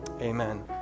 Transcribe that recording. Amen